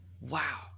Wow